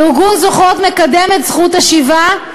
ארגון "זוכרות" מקדם את זכות השיבה.